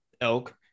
elk